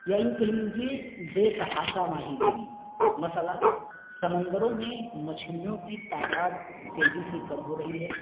یا یوں کہہ لیجیے بے تحاشا ماہی گیری مسئلہ سمندروں میں مچھلیوں کی تعداد تیجی سے کم ہو رہی ہے